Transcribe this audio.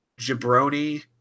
Jabroni